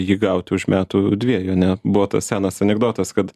jį gauti už metų dviejų ane buvo tas senas anekdotas kad